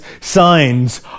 signs